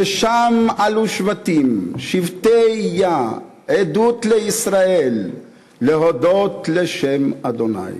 ששם עלו שבטים שבטי-יה עדות לישראל להדות לשם ה'.